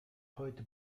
heute